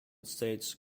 states